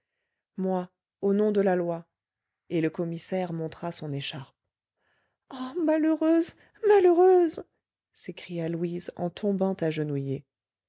moi au nom de la loi et le commissaire montra son écharpe oh malheureuse malheureuse s'écria louise en tombant agenouillée